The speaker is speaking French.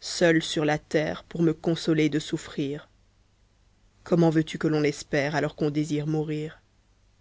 seul sur la terre pour me consoler de souffrir comment veux-tu que l'on espère alors qu'on désire mourir